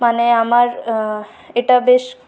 মানে আমার এটা বেশ